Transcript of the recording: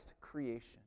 creation